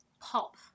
pop